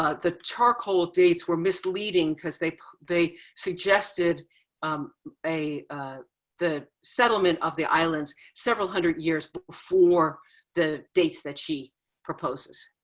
ah the charcoal dates were misleading cause they they suggested um a the settlement of the islands several hundred years but before the dates that she proposes.